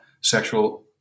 sexual